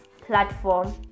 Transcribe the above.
platform